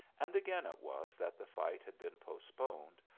and again it was that the fight had been postponed,